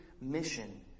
mission